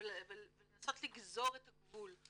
ולנסות לגזור את הגבול,